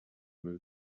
move